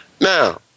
Now